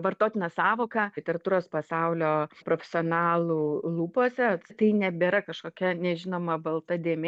vartotina sąvoka literatūros pasaulio profesionalų lūpose tai nebėra kažkokia nežinoma balta dėmė